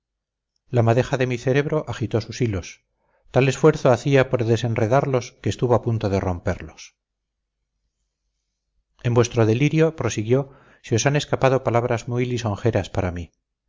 la madeja de mi cerebro agitó sus hilos tal esfuerzo hacía por desenredarlos que estuvo a punto de romperlos en vuestro delirio prosiguió se os han escapado palabras muy lisonjeras para mí